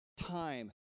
Time